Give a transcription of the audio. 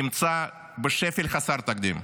נמצא בשפל חסר תקדים,